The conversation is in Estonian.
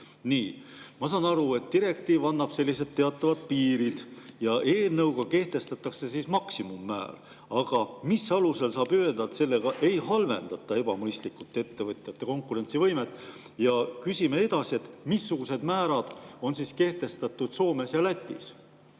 Ma saan aru, et direktiiv annab teatavad piirid ja eelnõuga kehtestatakse siis maksimummäär. Aga mis alusel saab öelda, et sellega ei halvendata ebamõistlikult ettevõtjate konkurentsivõimet? Ja küsime edasi: missugused määrad on kehtestatud Soomes ja Lätis?